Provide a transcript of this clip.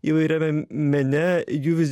įvairiame mene jų vis